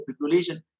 population